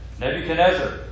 Nebuchadnezzar